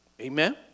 Amen